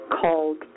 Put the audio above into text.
called